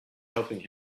helping